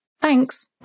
Thanks